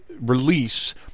release